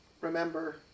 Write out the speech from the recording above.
remember